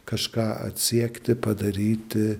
kažką atsiekti padaryti